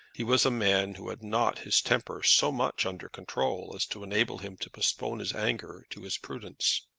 he was a man who had not his temper so much under control as to enable him to postpone his anger to his prudence.